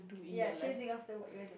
ya chasing after work you I do